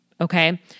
Okay